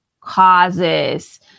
causes